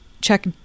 check